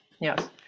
yes